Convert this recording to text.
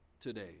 today